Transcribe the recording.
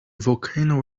volcano